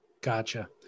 Gotcha